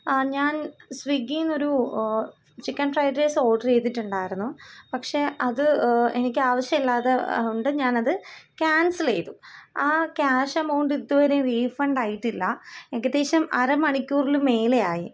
ആ ഞാൻ സ്വിഗ്ഗിന്നു ഒരു ചിക്കൻ ഫ്രൈഡ് റൈസ് ഓർഡറെയ്തിട്ടുണ്ടായിരുന്നു പക്ഷെ അത് എനിക്ക് ആവിശ്യയില്ലാതെ ഓണ്ട് ഞാൻ അത് ക്യാൻസലെയ്തു ആ ക്യാഷ് എമൗണ്ട് ഇതുവരെയും റീഫണ്ട് ആയിട്ടില്ല ഏകദേശം അരമണിക്കൂറിലുമേലെയായി